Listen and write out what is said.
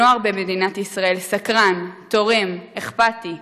הנוער במדינת ישראל סקרן, תורם, אכפתי.